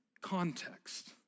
context